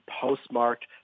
postmarked